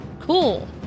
Cool